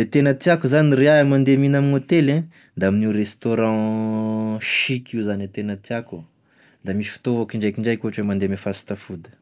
e tena tiàko zany r'iaho mande mihigna ame hotely da amin'io restaurant chic io zany e tena tiàko, da misy fotoa avao koa indraikindraiky mande ame fast food.